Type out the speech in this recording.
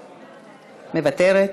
מוותרת,